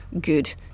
good